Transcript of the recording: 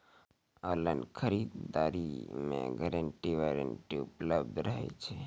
Online खरीद दरी मे गारंटी वारंटी उपलब्ध रहे छै?